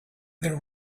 there